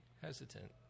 hesitant